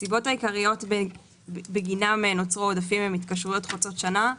הסיבות העיקריות בגינן נוצרו עודפים הן התקשרויות חוצות שנה,